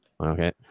okay